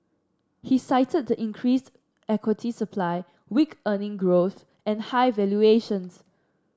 he cited the increased equity supply weak earning growth and high valuations